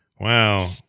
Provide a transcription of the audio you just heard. wow